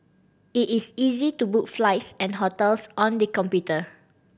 it is easy to book flights and hotels on the computer